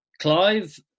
Clive